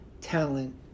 talent